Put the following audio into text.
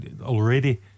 already